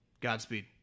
Godspeed